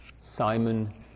Simon